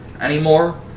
anymore